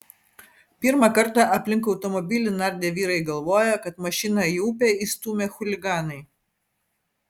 pirmą kartą aplink automobilį nardę vyrai galvojo kad mašiną į upę įstūmė chuliganai